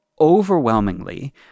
Overwhelmingly